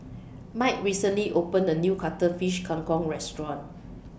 Mike recently opened A New Cuttlefish Kang Kong Restaurant